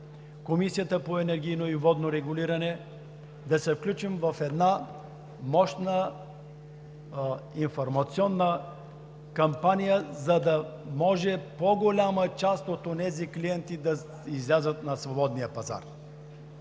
Комисията по енергийно и водно регулиране да се включим в една мощна информационна кампания, за да може по-голямата част от онези клиенти да излязат на свободния пазар.